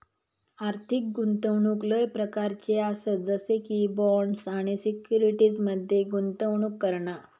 आर्थिक गुंतवणूक लय प्रकारच्ये आसत जसे की बॉण्ड्स आणि सिक्युरिटीज मध्ये गुंतवणूक करणा